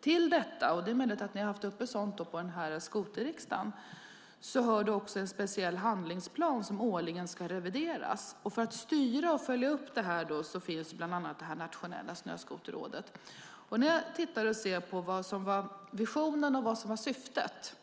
Till detta - och det är möjligt att ni har haft uppe sådant på skoterriksdagen - hör också en speciell handlingsplan som årligen ska revideras. För att styra och följa upp detta finns bland annat Nationella Snöskoterrådet. När man tittar på vad som var visionen och vad som var syftet,